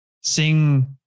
sing